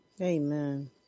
Amen